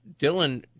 Dylan